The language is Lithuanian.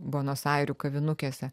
buenos airių kavinukėse